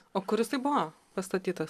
o kuris jisai buvo pastatytas